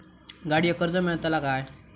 गाडयेक कर्ज मेलतला काय?